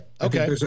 okay